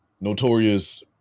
Notorious